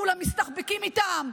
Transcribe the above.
כולם מסתחבקים איתם,